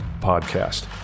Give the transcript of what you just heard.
Podcast